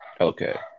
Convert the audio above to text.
Okay